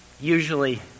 Usually